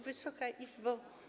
Wysoka Izbo!